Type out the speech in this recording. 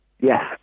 Yes